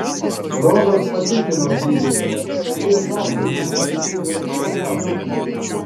rodas patikino gydytoją kad jis dar sykį pasitikrins džakartoje